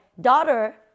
daughter